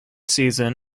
season